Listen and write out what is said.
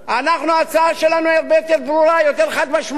ההצעה שלנו הרבה יותר ברורה, הרבה יותר חד-משמעית.